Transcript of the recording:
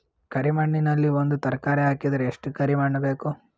ಕರಿ ಮಣ್ಣಿನಲ್ಲಿ ಒಂದ ತರಕಾರಿ ಹಾಕಿದರ ಎಷ್ಟ ಕರಿ ಮಣ್ಣು ಬೇಕು?